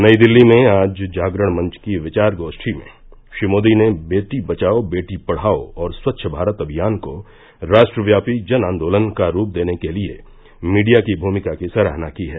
नई दिल्ली में आज जागरण मंच की विचार गोष्ठी में श्री मोदी ने बेटी बचाओ बेटी पढ़ाओं और स्वच्छ भारत अभियान को राष्ट्रव्यापी जन आंदोलन का रूप देने के लिए मीडिया की भूमिका की सराहना की है